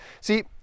See